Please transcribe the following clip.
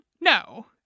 No